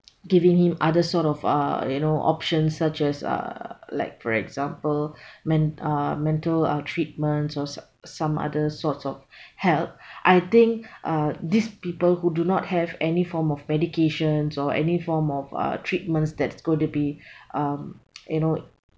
giving him other sort of uh you know options such as uh like for example men~ uh mental uh treatments or so~ some other sorts of help I think uh these people who do not have any form of medications or any form of uh treatments that's going to be um you know